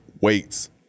weights